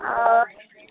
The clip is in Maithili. अच्छे